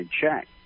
check